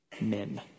Men